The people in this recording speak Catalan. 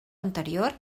anterior